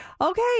okay